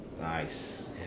Nice